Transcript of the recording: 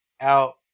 out